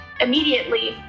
immediately